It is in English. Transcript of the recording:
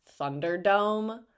Thunderdome